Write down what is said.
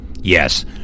Yes